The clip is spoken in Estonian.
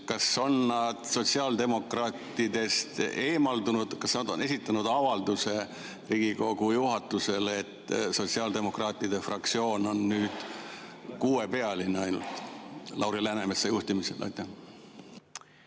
on sotsiaaldemokraatidest eemaldunud, kas nad on esitanud avalduse Riigikogu juhatusele? Kas sotsiaaldemokraatide fraktsioon on nüüd kuuepealine ainult, Lauri Läänemetsa juhtimisel? Hea